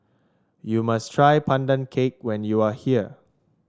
you must try Pandan Cake when you are here